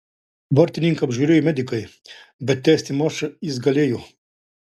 vartininką apžiūrėjo medikai bet tęsti mačą jis galėjo